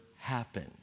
happen